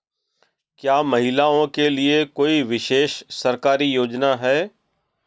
क्या महिलाओं के लिए कोई विशेष सरकारी योजना है?